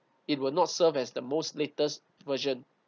it will not serve as the most latest version